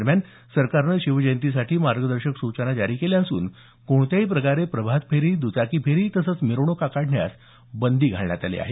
दरम्यान सरकारनं शिवजयंतीसाठी मार्गदर्शक सूचना जारी केल्या असून कोणत्याही प्रकारे प्रभात फेरी दुचाकी फेरी तसंच मिरवणुका काढण्यास बंदी घालण्यात आली आहे